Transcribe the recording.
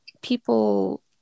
people